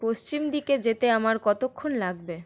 পশ্চিম দিকে যেতে আমার কতক্ষণ লাগবে